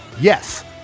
Yes